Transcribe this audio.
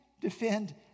defend